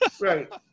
right